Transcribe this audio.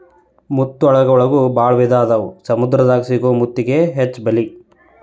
ಮುತ್ತುಗಳ ಒಳಗು ಭಾಳ ವಿಧಾ ಅದಾವ ಸಮುದ್ರ ದಾಗ ಸಿಗು ಮುತ್ತಿಗೆ ಹೆಚ್ಚ ಬೆಲಿ